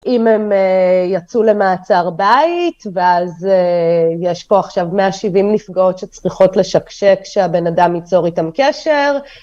אם הם יצאו למעצר בית ואז יש פה עכשיו 170 נפגעות שצריכות לשקשק כשהבן אדם ייצור איתם קשר.